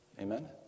Amen